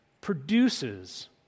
produces